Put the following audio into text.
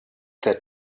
der